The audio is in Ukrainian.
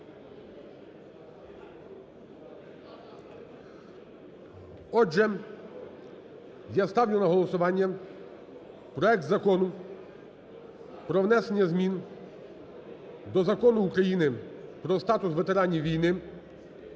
Отже, я ставлю на голосування проект Закону про внесення змін до Закону України "Про статус ветеранів війни,